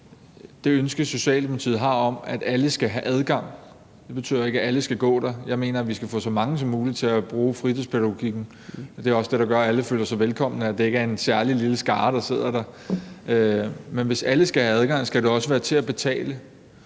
det ønske, Socialdemokratiet har, om, at alle skal have adgang. Det betyder ikke, at alle skal gå der. Jeg mener, vi skal få så mange som muligt til at bruge fritidspædagogikken. Det er også det, der gør, at alle føler sig velkomne, at det ikke er en særlig lille skare, der sidder der. Men hvis alle skal have adgang, skal det også være til at betale.